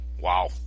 Wow